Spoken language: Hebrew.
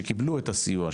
שקיבלו את הסיוע,